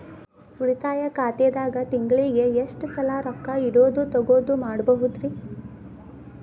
ಉಳಿತಾಯ ಖಾತೆದಾಗ ತಿಂಗಳಿಗೆ ಎಷ್ಟ ಸಲ ರೊಕ್ಕ ಇಡೋದು, ತಗ್ಯೊದು ಮಾಡಬಹುದ್ರಿ?